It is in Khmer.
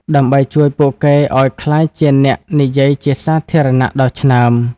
ដើម្បីជួយពួកគេឱ្យក្លាយជាអ្នកនិយាយជាសាធារណៈដ៏ឆ្នើម។